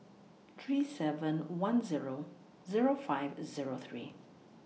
three seven one Zero Zero five Zero three